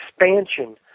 expansion